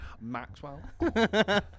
Maxwell